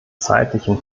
zeitlichen